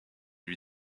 lui